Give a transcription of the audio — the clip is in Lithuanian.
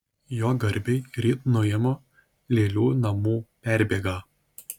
jo garbei ryt nuimu lėlių namų perbėgą